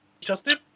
Justin